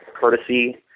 courtesy